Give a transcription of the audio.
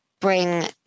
bring